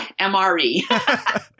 MRE